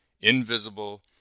invisible